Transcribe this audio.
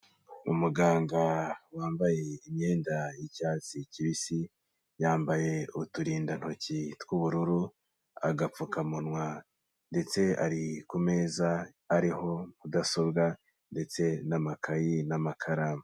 Umuganga wambaye imyenda y'icyatsi kibisi, yambaye uturindantoki tw'ubururu, agapfukamunwa ndetse ari ku meza ariho mudasobwa ndetse n'amakayi n'amakaramu.